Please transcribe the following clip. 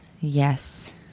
yes